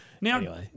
Now